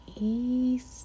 East